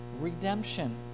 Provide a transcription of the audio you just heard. redemption